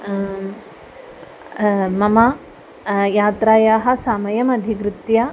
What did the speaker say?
मम यात्रायाः समयमधिकृत्य